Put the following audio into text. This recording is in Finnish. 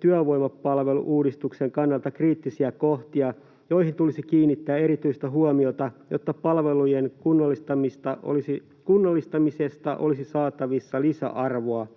työvoimapalvelu-uudistuksen kannalta kriittisiä kohtia, joihin tulisi kiinnittää erityistä huomiota, jotta palvelujen kunnallistamisesta olisi saatavissa lisäarvoa.